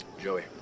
Joey